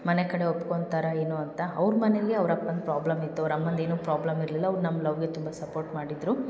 ಮನೆ ಕಡೆ ಒಪ್ಕೊತಾರಾ ಏನು ಅಂತ ಅವ್ರ ಮನೇಲಿ ಅವ್ರ ಅಪ್ಪಂದು ಪ್ರಾಬ್ಲಮ್ ಇತ್ತು ಅವ್ರ ಅಮ್ಮಂದು ಏನೂ ಪ್ರಾಬ್ಲಮ್ ಇರಲಿಲ್ಲ ಅವ್ರು ನಮ್ಮ ಲವ್ಗೆ ತುಂಬ ಸಪೋರ್ಟ್ ಮಾಡಿದರು